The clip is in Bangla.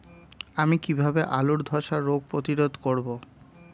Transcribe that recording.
আমি কিভাবে আলুর ধ্বসা রোগ প্রতিরোধ করব?